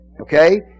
Okay